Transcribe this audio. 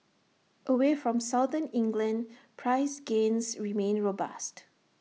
away from southern England price gains remain robust